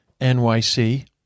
nyc